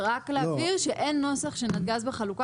רק להבהיר שאין נוסח שנתג"ז בחלוקה